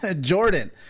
Jordan